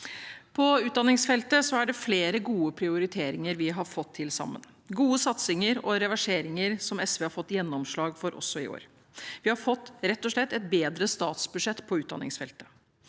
På utdanningsfeltet er det flere gode prioriteringer vi har fått til sammen, gode satsinger og reverseringer som SV har fått gjennomslag for, også i år. Vi har rett og slett fått et bedre statsbudsjett på utdanningsfeltet.